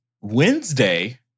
Wednesday